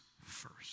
first